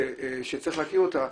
שצריך להכיר אותה,